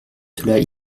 cela